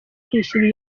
kwishyura